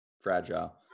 Fragile